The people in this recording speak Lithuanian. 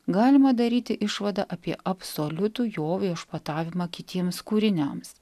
galima daryti išvadą apie absoliutų jo viešpatavimą kitiems kūriniams